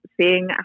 seeing